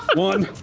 one,